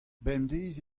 bemdez